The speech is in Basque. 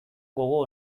gogo